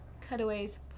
Cutaways